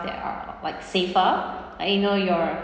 that are like safer like you know your